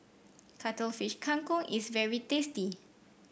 Cuttlefish Kang Kong is very tasty